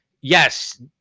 yes